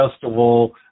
festival